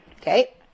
Okay